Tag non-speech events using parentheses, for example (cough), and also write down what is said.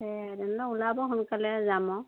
সেয়া (unintelligible) ওলাব সোনকালে যাম আৰু